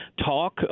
talk